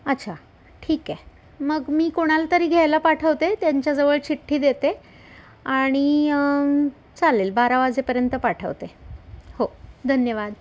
अच्छा ठीक आहे मग मी कोणाला तरी घ्यायला पाठवते त्यांच्याजवळ चिठ्ठी देते आणि चालेल बारा वाजेपर्यंत पाठवते हो धन्यवाद